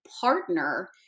partner